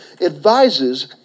advises